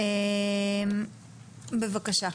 קפון, בבקשה.